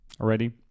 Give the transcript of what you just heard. already